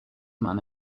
man